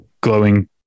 glowing